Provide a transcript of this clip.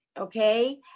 okay